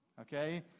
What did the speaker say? Okay